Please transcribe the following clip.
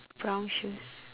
brown shoes